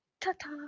ta-ta